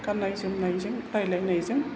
गाननाय जोमनायजों रायज्लायनायजों